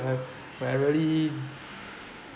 when I when I really